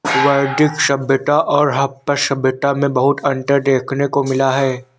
वैदिक सभ्यता और हड़प्पा सभ्यता में बहुत अन्तर देखने को मिला है